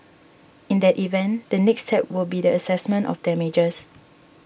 in that event the next step will be the assessment of damages